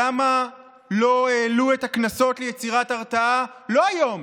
למה לא העלו את הקנסות ליצירת הרתעה, לא היום,